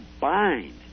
bind